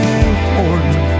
important